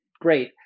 great